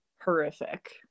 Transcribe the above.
horrific